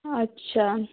আচ্ছা